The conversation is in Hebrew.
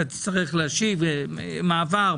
תצטרך להשיב מה עבר,